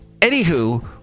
Anywho